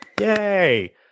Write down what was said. Yay